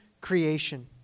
creation